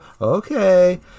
okay